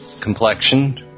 complexion